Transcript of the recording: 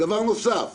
דבר נוסף,